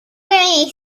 wearing